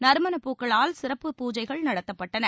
நறுமணப் பூக்களால் சிறப்பு பூஜைகள் நடத்தப்பட்டன